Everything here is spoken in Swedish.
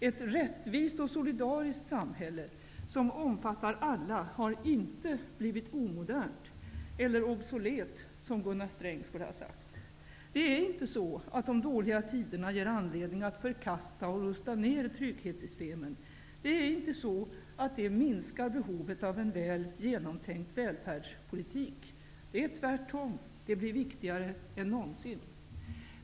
Ett rättvist och solidariskt sam hälle som omfattar alla har inte blivit omodernt eller obsolet, som Gunnar Sträng skulle ha sagt. De dåliga tiderna ger inte anledning att för kasta och rusta ner trygghetssystemen. Det är inte så att det minskar behovet av en väl genomtänkt välfärdspolitik. Det är tvärtom så att det blir vikti gare än någonsin.